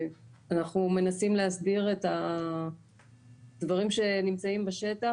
אנחנו מנסים להסדיר את הדברים שנמצאים בשטח,